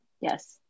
Yes